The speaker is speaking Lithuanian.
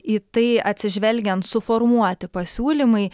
į tai atsižvelgiant suformuoti pasiūlymai